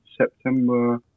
September